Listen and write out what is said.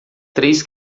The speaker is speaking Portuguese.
três